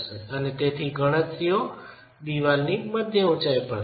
અને તેથી ગણતરીઓ દિવાલની મધ્ય ઉચાઈ પર થશે